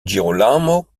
girolamo